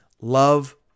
Love